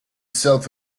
self